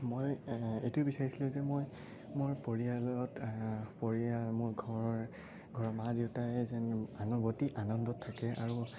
মই এইটোৱে বিচাৰিছিলোঁ যে মই মোৰ পৰিয়ালত পৰিয়াল মোৰ ঘৰ ঘৰৰ মা দেউতাই যেন অতি আনন্দত থাকে আৰু